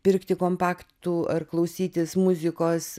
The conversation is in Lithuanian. pirkti kompaktų ar klausytis muzikos